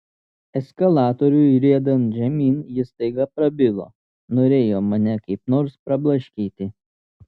eskalatoriui riedant žemyn jis staiga prabilo norėjo mane kaip nors prablaškyti